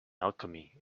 alchemy